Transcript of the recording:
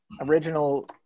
original